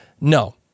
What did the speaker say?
no